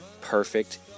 Perfect